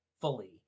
fully